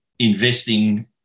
investing